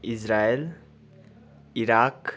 Israel Iraq